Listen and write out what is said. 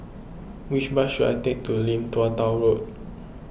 which bus should I take to Lim Tua Tow Road